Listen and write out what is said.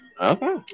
Okay